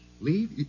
Leave